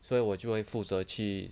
所以我就会负责去